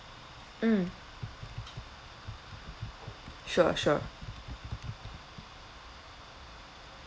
mm sure sure